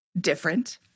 different